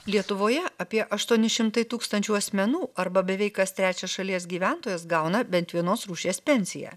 lietuvoje apie aštuoni šimtai tūkstančių asmenų arba beveik kas trečias šalies gyventojas gauna bent vienos rūšies pensiją